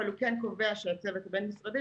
אבל הוא כן קובע שהצוות הבין-משרדי,